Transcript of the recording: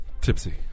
tipsy